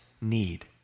need